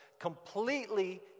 completely